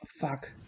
fuck